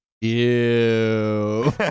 Ew